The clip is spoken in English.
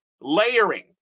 layering